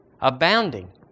abounding